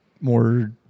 more